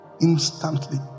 instantly